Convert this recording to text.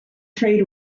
trade